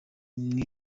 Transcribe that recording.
imwe